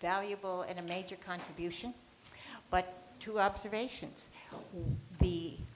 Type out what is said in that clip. valuable and a major contribution but two observations the